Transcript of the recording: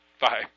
Bye